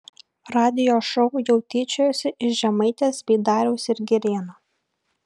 radijo šou jau tyčiojasi iš žemaitės bei dariaus ir girėno